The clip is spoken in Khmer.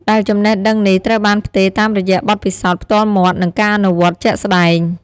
ដែលចំណេះដឹងនេះត្រូវបានផ្ទេរតាមរយៈបទពិសោធន៍ផ្ទាល់មាត់ និងការអនុវត្តជាក់ស្ដែង។